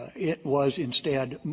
it was, instead,